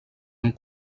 amb